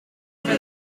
for